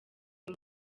uyu